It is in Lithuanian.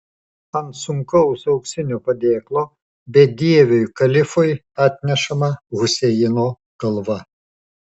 ant sunkaus auksinio padėklo bedieviui kalifui atnešama huseino galva